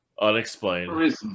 unexplained